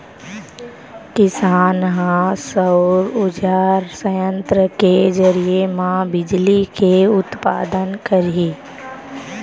किसान ह सउर उरजा संयत्र के जरिए म बिजली के उत्पादन करही